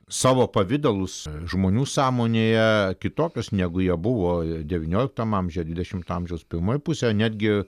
savo pavidalus žmonių sąmonėje kitokius negu jie buvo devynioliktam amžiuje ar dvidešimto amžiaus pirmoj pusėj netgi